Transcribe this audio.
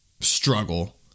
struggle